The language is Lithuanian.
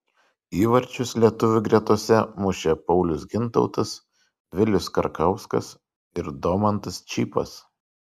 įvarčius lietuvių gretose mušė paulius gintautas vilius karkauskas ir domantas čypas